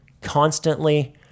constantly